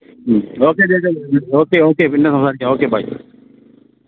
ഉം okay okay പിന്നെ സംസാരിക്കാം ഒക്കെ ബൈ